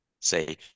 say